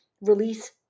release